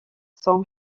son